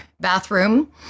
bathroom